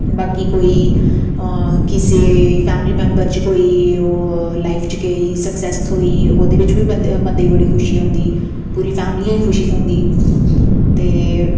बाकी कोई कुसै फैमिली मेंबर च कोई लाईफ च कोई सक्सेस थ्होई ओह्दे च बी बंदे गी बड़ी खुशी थ्होई पूरी फैमिली गी खुशी थ्होंदी ते